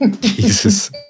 Jesus